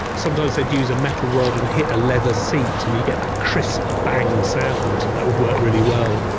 sometimes they'd use a metal rod and hit a leather seat, and you get that crisp bang sound, and that would work really well.